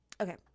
okay